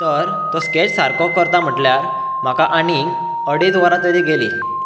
तर तो स्केच सारको करता म्हटल्यार म्हाका आनीक अडेज वरां तरी गेली